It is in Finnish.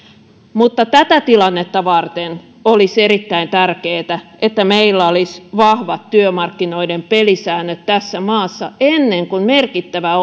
mutta tätä tilannetta varten olisi erittäin tärkeätä että meillä olisi vahvat työmarkkinoiden pelisäännöt tässä maassa ennen kuin merkittävä